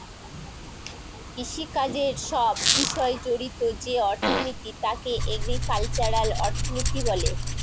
কৃষিকাজের সব বিষয় জড়িত যে অর্থনীতি তাকে এগ্রিকালচারাল অর্থনীতি বলে